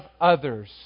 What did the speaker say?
others